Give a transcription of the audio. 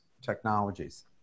technologies